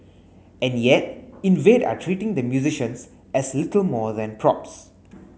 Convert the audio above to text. and yet Invade are treating the musicians as little more than props